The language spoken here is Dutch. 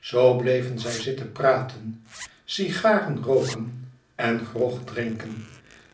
zoo bleven zij zitten praten sigaren rooken en grog drinken